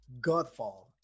Godfall